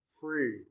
free